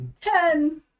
Ten